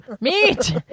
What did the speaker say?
Meat